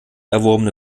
erworbene